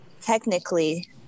technically